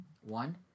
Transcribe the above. One